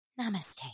namaste